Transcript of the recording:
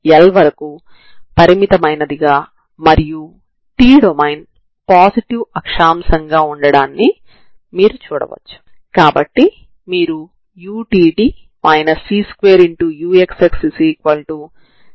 ఇప్పుడు uxtu1xtu2xt అనుకోండి ఇక్కడ u1xt సజాతీయ సమీకరణాన్ని సంతృప్తి పరుస్తుంది అంటే u1tt c2u1xx0 అవుతుంది తర్వాత ఇది ప్రారంభ విలువలని కూడా సంతృప్తి పరుస్తుంది